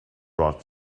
rod